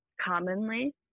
commonly